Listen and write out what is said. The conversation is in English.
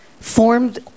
formed